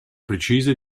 precise